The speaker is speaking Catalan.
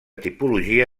tipologia